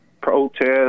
protest